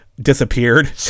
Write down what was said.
disappeared